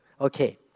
Okay